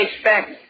expect